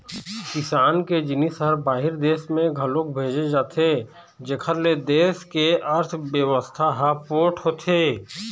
किसान के जिनिस ह बाहिर देस म घलोक भेजे जाथे जेखर ले देस के अर्थबेवस्था ह पोठ होथे